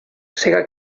sega